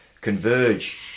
Converge